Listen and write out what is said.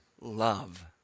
love